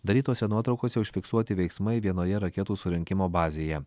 darytose nuotraukose užfiksuoti veiksmai vienoje raketų surinkimo bazėje